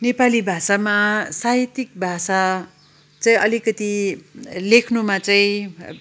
नेपाली भाषामा साहित्यिक भाषा चाहिँ अलिकति लेख्नुमा चाहिँ